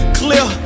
clear